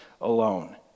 alone